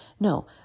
No